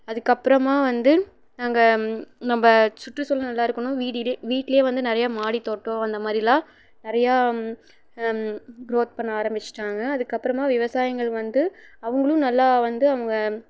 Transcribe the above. அதுக்கு அப்புறமா வந்து நாங்கள் நம்ப சுற்றுச் சூழல் நல்லா இருக்கணும் வீடிடே வீட்டிலையே வந்து நிறைய மாடித் தோட்டம் அந்த மாதிரிலாம் நிறைய குரோத் பண்ண ஆரமித்திட்டாங்க அதுக்கு அப்புறமா விவசாயிகள் வந்து அவங்களும் நல்லா வந்து அவங்கள்